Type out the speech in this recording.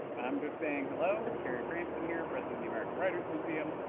i'm just saying hello. carey cranston here, president of the american writers museum.